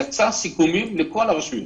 יצאו סיכומים לכל הרשויות.